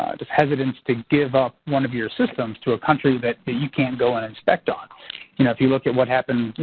just hesitance to give up one of your systems to a country that that you can't go in and inspect on. you know if you look at what happened,